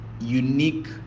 unique